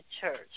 church